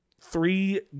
three